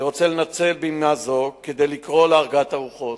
אני רוצה לנצל בימה זו כדי לקרוא להרגעת הרוחות.